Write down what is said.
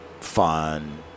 fun